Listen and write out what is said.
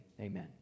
amen